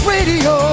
Radio